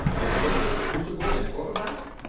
your crosslets, crucibles, and cucurbites?